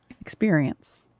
experience